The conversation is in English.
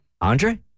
Andre